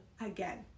again